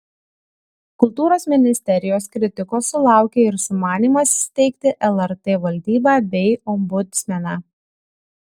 kultūros ministerijos kritikos sulaukė ir sumanymas steigti lrt valdybą bei ombudsmeną